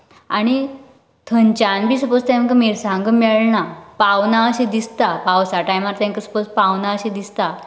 आनी थंयच्यान बी सपोज तांकां मिरसांगो मेळना पावना अशें दिसता पावसा टायमार तांकां सपोज तांकां पावना अशें दिसता